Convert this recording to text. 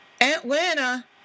Atlanta